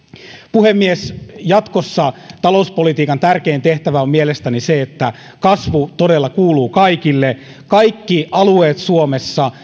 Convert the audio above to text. puhemies jatkossa talouspolitiikan tärkein tehtävä on mielestäni se että kasvu todella kuuluu kaikille kaikki alueet suomessa